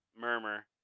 Murmur